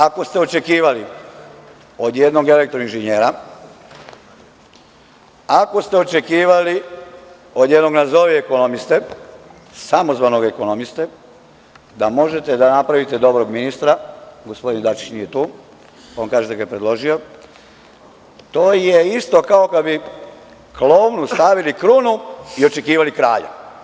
Dame i gospodo, ako ste očekivali od jednog elektroinženjera, ako ste očekivali od jednog nazovi ekonomiste, samozvanog ekonomiste da možete da napravite dobrog ministra, gospodin Dačić nije tu, on kaže da ga je predložio, to je isto kao kada bi klovnu stavili krunu i očekivali kralja.